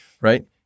right